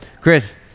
Chris